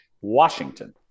Washington